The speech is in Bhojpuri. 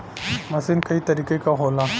मसीन कई तरीके क होला